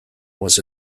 was